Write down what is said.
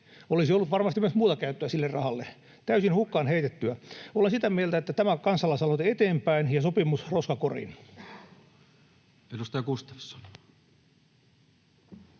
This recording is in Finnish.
Olisi ollut varmasti myös muuta käyttöä sille rahalle. Täysin hukkaan heitettyä. Olen sitä mieltä, että tämä kansalaisaloite eteenpäin ja sopimus roskakoriin. [Speech 344]